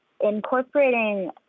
incorporating